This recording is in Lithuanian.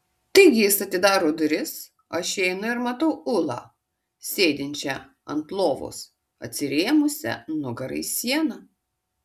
taigi jis atidaro duris aš įeinu ir matau ulą sėdinčią ant lovos atsirėmusią nugara į sieną